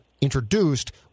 introduced